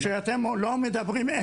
אתם לא מדברים אמת,